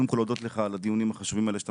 קודם כל להודות לך על הדיונים החשובים שאתה